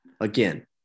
again